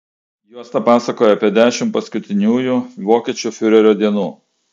juosta pasakoja apie dešimt paskutiniųjų vokiečių fiurerio dienų